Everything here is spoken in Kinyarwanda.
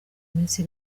minsi